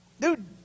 Dude